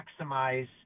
maximize